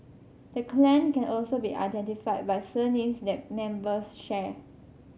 the clan can also be identified by surnames that members share